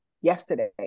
yesterday